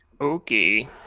Okay